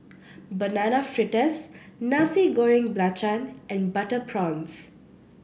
Banana Fritters Nasi Goreng Belacan and Butter Prawns